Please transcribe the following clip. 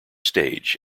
stage